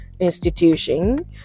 institution